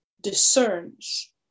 discerns